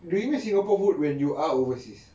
do you miss singapore food when you are overseas